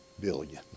billion